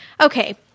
Okay